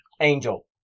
angel